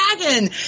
Dragon